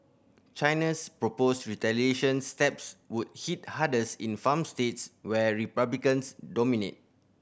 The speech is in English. China's proposed retaliation steps would hit hardest in farm states where Republicans dominate